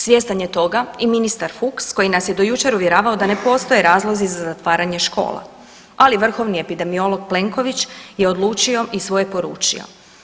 Svjestan je toga i ministar Fuchs koji nas je do jučer uvjeravao da ne postoje razlozi za zatvaranje škola, ali vrhovni epidemiolog Plenković je odlučio i svoje poručio.